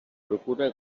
procura